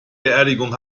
beerdigung